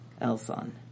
elson